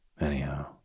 Anyhow